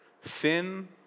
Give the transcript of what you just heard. Sin